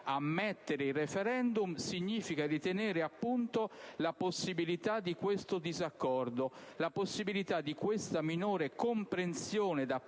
Ammettere il *referendum* significa ritenere appunto la possibilità di questo disaccordo, la possibilità di questa minore comprensione da parte delle